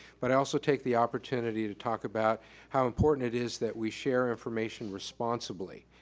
but i also take the opportunity to talk about how important it is that we share information responsibly.